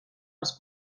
els